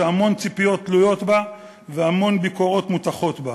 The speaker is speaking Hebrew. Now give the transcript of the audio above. שהמון ציפיות תלויות בה והמון ביקורות מוטחות בה.